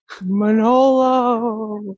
Manolo